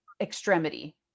extremity